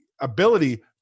ability